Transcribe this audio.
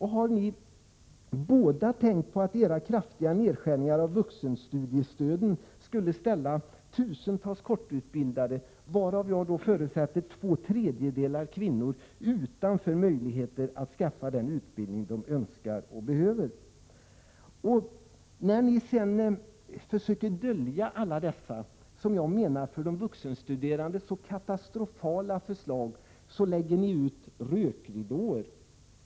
Har ni båda tänkt på att era kraftiga nedskärningar i vuxenstudiestöden skulle ställa tusentals personer med kort utbildning, varav två tredjedelar kvinnor, utanför möjligheten att skaffa den utbildning de önskar och behöver? När ni sedan försöker dölja alla dessa, som jag menar, för de vuxenstuderande så katastrofala förslagen, lägger ni ut rökridåer.